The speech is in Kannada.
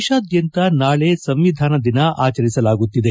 ದೇಶಾದ್ಯಂತ ನಾಳೆ ಸಂವಿಧಾನ ದಿನಾಚರಣೆ ಆಚರಿಸಲಾಗುತ್ತದೆ